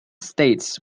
states